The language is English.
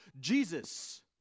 Jesus